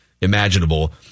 imaginable